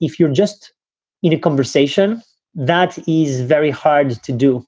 if you're just in a conversation that is very hard to do